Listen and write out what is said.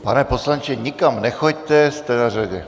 Pane poslanče, nikam nechoďte, jste na řadě.